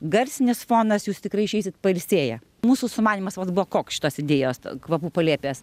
garsinis fonas jūs tikrai išeisit pailsėję mūsų sumanymas vat buvo koks šitos idėjos kvapų palėpės